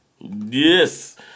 Yes